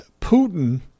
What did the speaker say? Putin